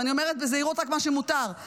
ואני אומרת בזהירות רק מה שמותר,